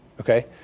Okay